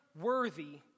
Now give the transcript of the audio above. worthy